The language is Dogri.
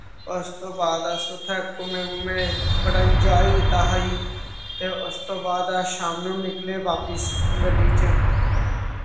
उस तो बाद अस उत्थै घूमे घूमे बड़ा एन्जाय कीत्ता हा ई ते उस तो बाद अस शाम नू निकले बापस गड्डी च